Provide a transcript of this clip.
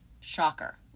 Shocker